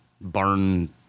barn